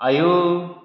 आयौ